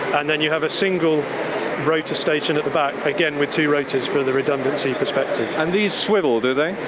and then you have a single rotor station at the back, again with two rotors for the redundancy perspective. and these swivel, do they?